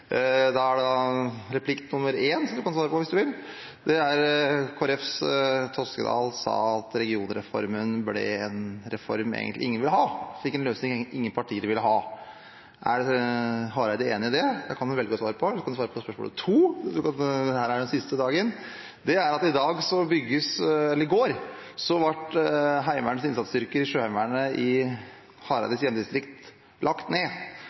Da er det replikk nr. 1, som han kan svare på hvis han vil. Kristelig Folkepartis representant Toskedal sa at regionreformen ble en reform ingen egentlig ville ha – vi fikk en løsning ingen partier ville ha. Er Hareide enig i det? Det kan han velge å svare på, eller han kan svare på spørsmål nr. 2 – dette er jo den siste dagen. I går ble Heimevernets innsatsstyrker i Sjøheimevernet i Hareides hjemdistrikt lagt ned,